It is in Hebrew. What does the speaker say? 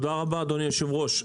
תודה רבה אדוני היושב-ראש.